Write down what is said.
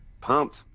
pumped